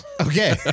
Okay